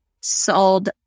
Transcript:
sold